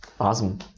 Awesome